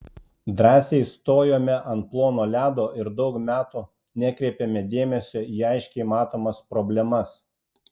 drąsiai stojome ant plono ledo ir daug metų nekreipėme dėmesio į aiškiai matomas problemas